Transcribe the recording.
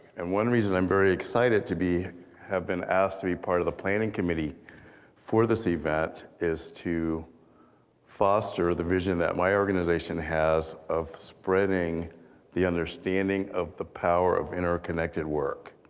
and one reason i'm very excited to have been asked to be part of the planning committee for this event is to foster the vision that my organization has of spreading the understanding of the power of interconnected work.